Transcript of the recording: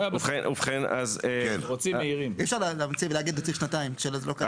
אי אפשר להגיד שנתיים כשלא קיים.